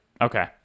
okay